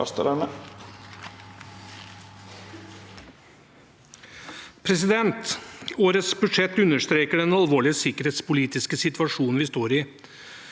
Årets budsjett understreker den alvorlige sikkerhetspolitiske situasjonen vi står i.